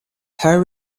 her